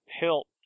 helped